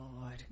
lord